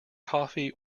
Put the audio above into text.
coffee